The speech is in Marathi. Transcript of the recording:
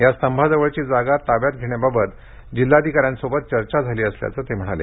या स्तंभाजवळची जागा ताब्यात घेण्याबाबत जिल्हाधिकाऱ्यांशी चर्चा झाली असल्याचं ते म्हणाले